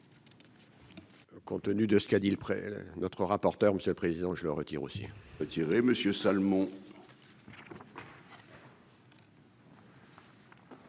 Compte tenu de ce qu'a dit le prix notre rapporteur monsieur le président, je le retire aussi. Tiré Monsieur Salmon.